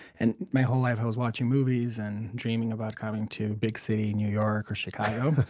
and my whole life i was watching movies and dreaming about coming to big city new york or chicago.